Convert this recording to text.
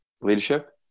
leadership